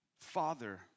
Father